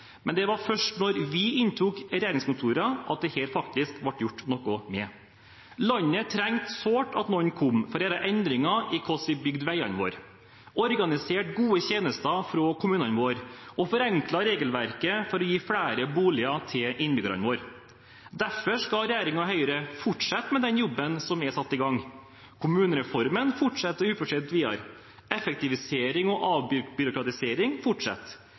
Men det var først da vi inntok regjeringskontorene, at dette faktisk ble gjort noe med. Landet trengte sårt at noen kom for å gjøre endringer i hvordan vi bygde veiene våre, organiserte gode tjenester fra kommunene våre og forenklet regelverket for å gi flere boliger til innbyggerne våre. Derfor skal regjeringen og Høyre fortsette med den jobben som er satt i gang. Kommunereformen fortsetter ufortrødent videre. Effektivisering og avbyråkratisering fortsetter.